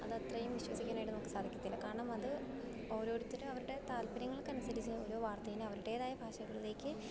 അതത്രയും വിശ്വസിക്കാനായിട്ട് നമുക്ക് സാധിക്കത്തില്ല കാരണം അത് ഓരോരുത്തർ അവരുടെ താല്പര്യങ്ങൾക്കനുസരിച്ച് ഓരോ വാർത്തേനെ അവരുടേതായ ഭാഷകളിലേക്ക്